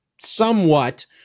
somewhat